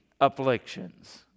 afflictions